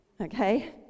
Okay